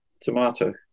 tomato